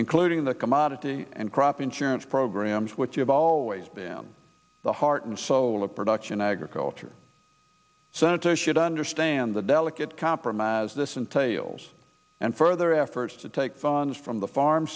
including the commodity and crop insurance programs which you have always been the heart and soul of production agriculture center should understand the delicate compromise this entails and further efforts to take funds from the farm